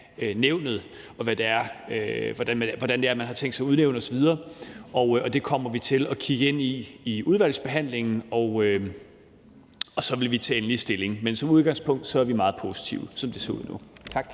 og hvordan det er, man har tænkt sig at udnævne til det osv. Det kommer vi til at kigge ind i i udvalgsbehandlingen, og så vil vi tage endelig stilling. Men som udgangspunkt er vi, som det ser ud nu,